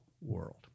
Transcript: world